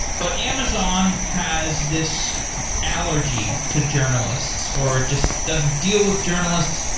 but amazon has this allergy to journalists or just doesn't deal with journalists.